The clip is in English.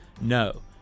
no